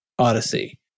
Odyssey